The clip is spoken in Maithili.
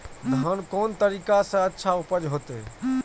धान कोन तरीका से अच्छा उपज होते?